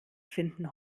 finden